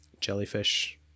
Jellyfish